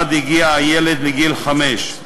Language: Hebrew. עד הגיע הילד לגיל חמש,